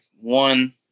one